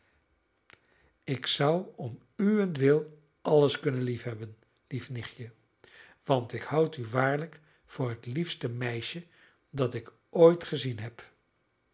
ik zou om uwentwil alles kunnen liefhebben lief nichtje want ik houd u waarlijk voor het liefste meisje dat ik ooit gezien heb